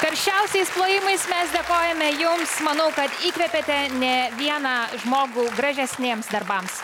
karščiausiais plojimais mes dėkojame jums manau kad įkvėpėte ne vieną žmogų gražesniems darbams